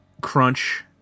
crunch